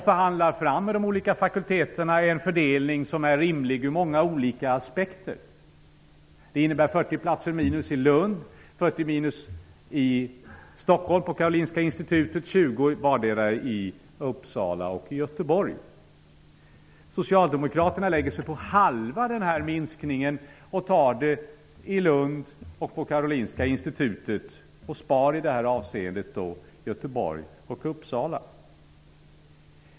Man får med de olika fakulteterna förhandla fram en fördelning som är rimlig ur många olika aspekter. Det innebär 40 Socialdemokraterna lägger sig på nivån halva denna minskning. De föreslår minskningar av antalet platser i Lund och vid Karolinska institutet och undantar i detta avseende Göteborg och Uppsala.